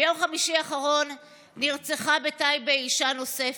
ביום חמישי האחרון נרצחה בטייבה אישה נוספת.